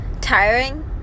tiring